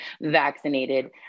vaccinated